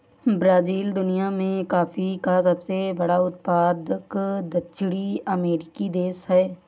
Brazil दुनिया में coffee का सबसे बड़ा उत्पादक दक्षिणी अमेरिकी देश है